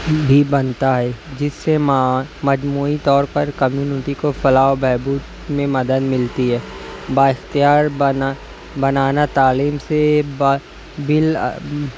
بھی بنتا ہے جس سے مجموعی طور پر کمیونٹی کو فلاح و بہبود میں مدد ملتی ہے بااختیار بنانا تعلیم سے با بل